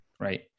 Right